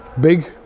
Big